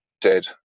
dead